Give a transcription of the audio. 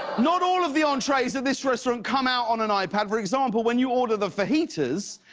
not all of the entrees at this restaurant come out on an ipad. for example when you order the fajitas,